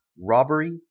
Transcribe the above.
robbery